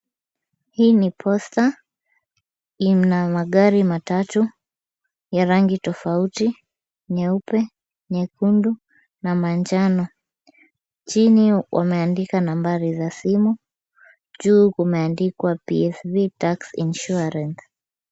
Hii ni poster , ina magari matatu ya rangi tofauti nyeupe, nyekundu na manjano. Chini wameandika nambari za simu, juu kumeandikwa PSV Tax Insuarance .